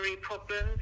problems